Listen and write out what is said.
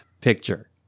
picture